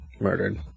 murdered